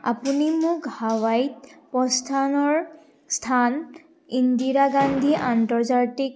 আপুনি মোক হাৱাইত প্ৰস্থানৰ স্থান ইন্দিৰা গান্ধী আন্তৰ্জাতিক